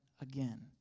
again